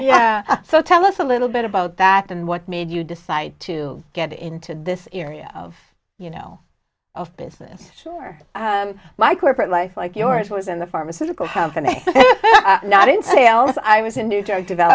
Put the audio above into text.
life so tell us a little bit about that and what made you decide to get into this area of you know business sure my corporate life like yours was in the pharmaceutical company not in sales i was in new jersey